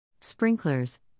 Sprinklers